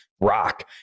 rock